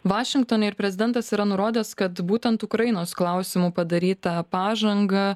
vašingtone ir prezidentas yra nurodęs kad būtent ukrainos klausimu padaryta pažanga